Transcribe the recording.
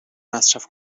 مصرف